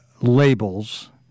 labels